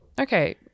okay